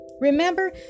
Remember